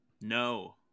No